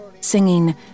singing